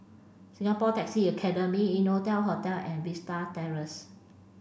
Singapore Taxi Academy Innotel Hotel and Vista Terrace